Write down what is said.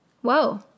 Whoa